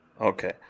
okay